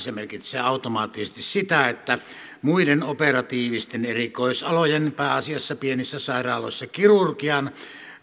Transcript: se merkitsee automaattisesti sitä että muiden operatiivisten erikoisalojen pääasiassa pienissä sairaaloissa kirurgian